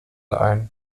ein